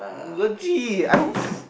legit I don't